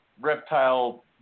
reptile